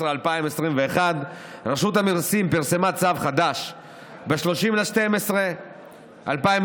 2021. רשות המיסים פרסמה צו חדש ב-30 בדצמבר 2021,